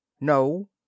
No